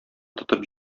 тотып